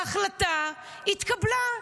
וההחלטה התקבלה.